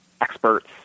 experts